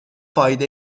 فایده